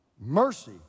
Mercy